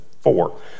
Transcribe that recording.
Four